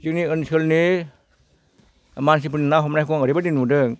जोंनि ओनसोलनि मानसिफोरनि ना हमनायखौ आं ओरैबायदि नुदों